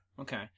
Okay